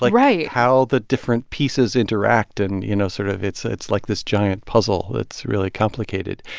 like right. how the different pieces interact. and, you know, sort of it's it's like this giant puzzle. it's really complicated.